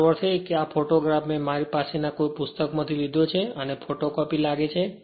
મારો અર્થ એ છે કે આ ફોટોગ્રાફ મેં મારી પાસે કોઈ પુસ્તકમાંથી લીધો છે અને આ એક ફોટોકોપી લાગે છે